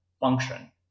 function